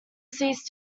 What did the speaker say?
cease